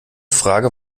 frage